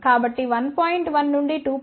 9 నుండి 2